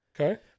okay